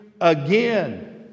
again